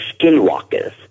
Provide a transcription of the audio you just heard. skinwalkers